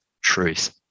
truth